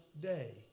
day